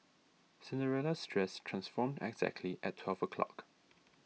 Cinderella's dress transformed exactly at twelve o'clock